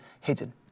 hidden